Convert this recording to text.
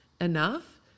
enough